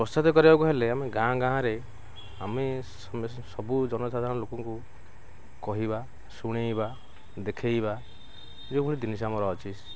ପ୍ରୋତ୍ସାହିତ କରିବାକୁ ହେଲେ ଆମେ ଗାଁ ଗାଁରେ ଆମେ ସବୁ ଜନସାଧାରଣ ଲୋକଙ୍କୁ କହିବା ଶୁଣାଇବା ଦେଖାଇବା ଯେଉଁଭଳି ଜିନିଷ ଆମର ଅଛି